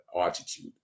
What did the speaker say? attitude